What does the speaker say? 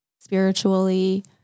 spiritually